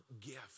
gift